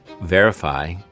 verify